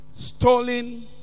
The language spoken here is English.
stolen